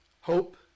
Hope